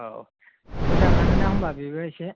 औ मोजाङानो ना होमबा बेबो एसे